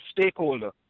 stakeholder